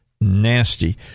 nasty